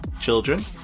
children